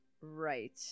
Right